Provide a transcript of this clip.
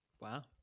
wow